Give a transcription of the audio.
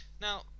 Now